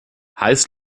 heiß